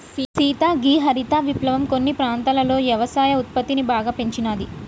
సీత గీ హరిత విప్లవం కొన్ని ప్రాంతాలలో యవసాయ ఉత్పత్తిని బాగా పెంచినాది